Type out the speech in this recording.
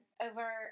over